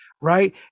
Right